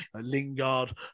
Lingard